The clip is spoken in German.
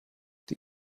die